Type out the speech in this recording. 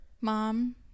mom